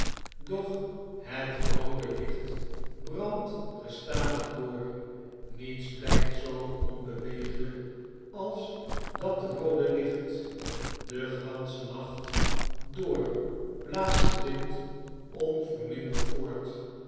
doch het roode licht brandt gestadig door niets blflft zoo onbewegelflk als dat roode licht den ganschen nacht door blaastde windonvermindert voort